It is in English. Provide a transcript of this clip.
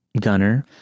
Gunner